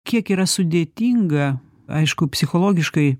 kiek yra sudėtinga aišku psichologiškai